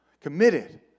Committed